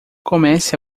comece